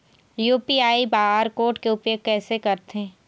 UPI bar code के उपयोग कैसे करथें?